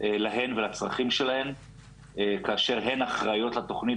להן ולצרכים שלהן כאשר הן אחראיות לתוכנית